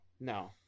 No